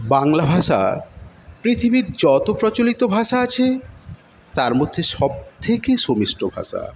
বাংলা ভাষা পৃথিবীর যত প্রচলিত ভাষা আছে তার মধ্যে সবথেকে সুমিষ্ট ভাষা